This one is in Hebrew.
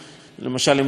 אם לוקחים את בז"ן,